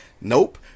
Nope